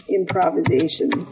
improvisation